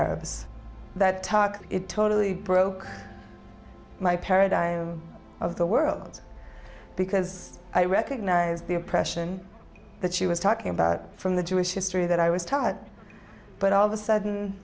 arabs that talk it totally broke my paradigm of the world because i recognize the oppression that she was talking about from the jewish history that i was taught but all the sudden